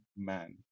man